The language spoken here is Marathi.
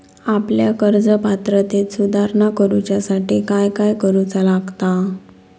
आपल्या कर्ज पात्रतेत सुधारणा करुच्यासाठी काय काय करूचा लागता?